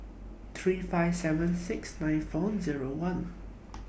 three five seven six nine four Zero one